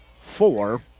four